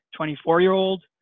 24-year-old